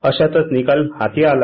अशातच निकाल हाती आला